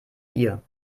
ihr